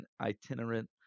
itinerant